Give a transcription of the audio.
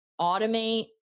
automate